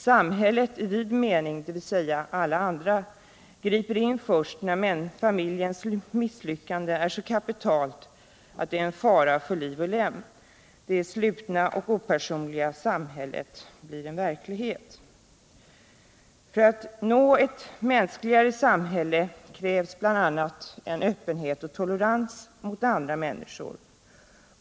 Samhället i vid mening, dvs. alla andra, griper in först när familjens misslyckande är så kapitalt att det är fara för liv och lem. Det slutna och opersonliga samhället blir en verklighet. För att ett mänskligare samhälle skall uppnås krävs bl.a. en öppenhet och tolerans mot andra människor.